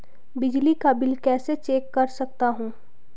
बिजली का बिल कैसे चेक कर सकता हूँ?